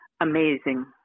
amazing